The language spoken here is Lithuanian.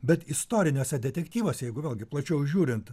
bet istoriniuose detektyvuose jeigu vėlgi plačiau žiūrint